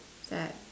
that